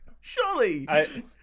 Surely